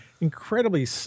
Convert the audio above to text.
incredibly